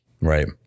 right